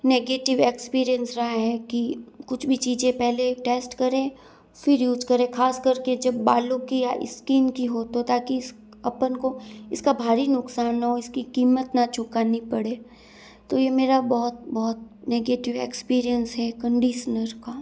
negative experience रहा है कि कुछ भी चीज़ें पहले टेस्ट करें फिर यूज़ करे ख़ास करके जब बालो की या स्कीन की हो तो ताकि अपन को इसका भारी नुकसान न हो इसकी कीमत न चुकानी पड़े तो यह मेरा बहुत बहुत निगेटिव एक्सपीरियंस है कंडिसनर का